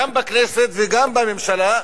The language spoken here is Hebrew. גם בכנסת וגם בממשלה,